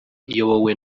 iyobowe